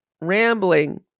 rambling